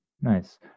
nice